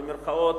במירכאות,